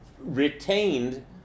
retained